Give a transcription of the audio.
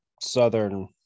Southern